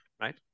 right